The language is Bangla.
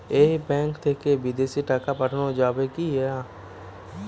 এই ব্যাঙ্ক থেকে বিদেশে টাকা পাঠানো যাবে কিনা?